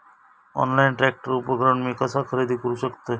Online tractor उपकरण मी कसा खरेदी करू शकतय?